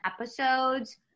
episodes